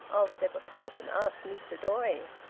i'll step across and ask mr doy.